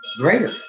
greater